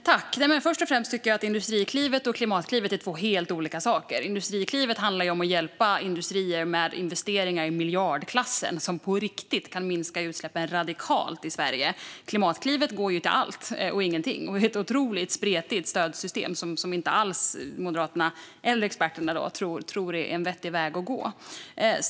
Fru talman! Först och främst tycker jag att Industriklivet och Klimatklivet är två helt olika saker. Industriklivet handlar om att hjälpa industrier med investeringar i miljardklassen som på riktigt kan minska utsläppen radikalt i Sverige. Klimatklivet går till allt och ingenting och är ett otroligt spretigt stödsystem som Moderaterna eller experterna inte alls tror är en vettig väg att gå.